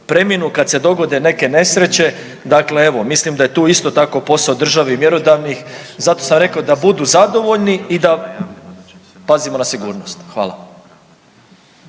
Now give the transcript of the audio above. preminu, kad se dogode neke nesreće, dakle evo, mislim da je tu isto tako posao države i mjerodavnih, zato sam rekao da budu zadovoljni i da pazimo na sigurnost. Hvala.